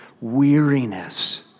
weariness